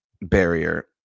barrier